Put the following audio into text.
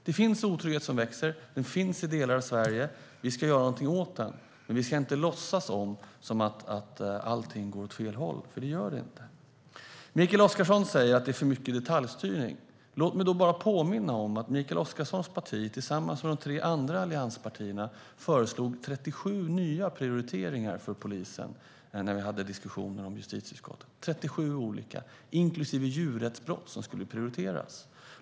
Det finns otrygghet som växer i delar av Sverige. Vi ska göra någonting åt den. Men vi ska inte låtsas som att allt går åt fel håll, för det gör det inte. Mikael Oscarsson säger att det är för mycket detaljstyrning. Låt mig påminna om att Mikael Oscarssons parti tillsammans med de tre andra allianspartierna föreslog 37 nya prioriteringar för polisen vid diskussioner i justitieutskottet, inklusive djurrättsbrott som skulle prioriteras.